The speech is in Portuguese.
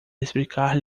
explicar